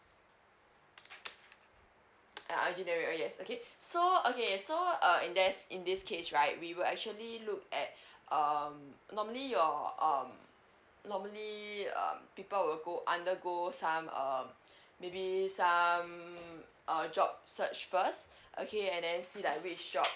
ah oh yes okay so okay so err in there's in this case right we will actually look at um normally your um normally um people will go undergo some um maybe some uh job search first okay and then see like which job